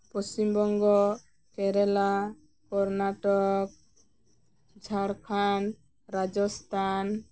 Paschim Banga Kerala Karnataka Jharkhand Rajasthan